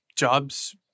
Jobs